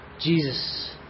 Jesus